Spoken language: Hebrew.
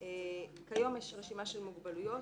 כיום יש רשימה של מוגבלויות